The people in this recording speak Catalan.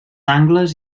angles